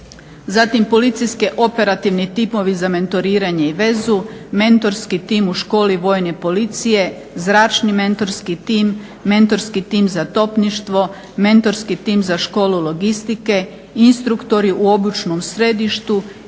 zatim policijski operativni timovi za mentoriranje i vezu, mentorski tim u školi vojne policije, zračni mentorski tim, mentorski tim za topništvo, mentorski tim za školu logistike, instruktori u obučnom središtu